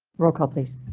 roll call please.